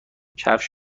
کفش